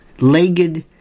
legged